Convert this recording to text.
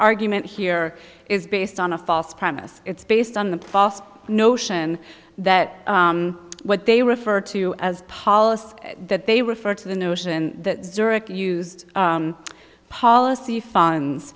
argument here is based on a false premise it's based on the past notion that what they refer to as policy that they refer to the notion that zurich used policy funds